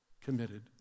committed